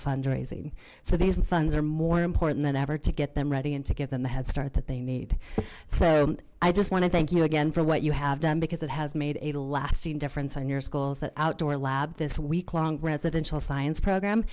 fundraising so these funds are more important than ever to get them ready and to give them the headstart that they need so i just want to thank you again for what you have done because it has made a lasting difference on your schools that outdoor lab this weeklong residential science program